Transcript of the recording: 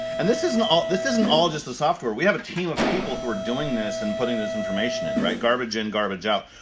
and this isn't. this isn't all just a software, we have a team of people who are doing this, and putting this information in, right? garbage in, garbage out.